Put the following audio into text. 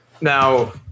Now